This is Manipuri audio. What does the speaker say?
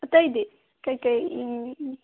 ꯑꯇꯩꯗꯤ ꯀꯔꯤ ꯀꯔꯤ ꯌꯦꯡꯅꯤꯡꯉꯤ